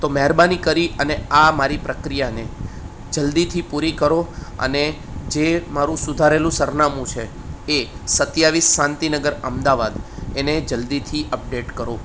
તો મહેરબાની કરી આ મારી પ્રકિયાને જલ્દીથી પૂરી કરો અને જે મારું સુધારેલું સરનામું છે એ સત્યાવીસ શાંતિનગર અમદાવાદ એને જલ્દીથી અપડેટ કરો